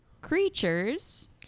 creatures